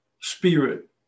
spirit